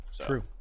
true